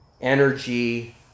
energy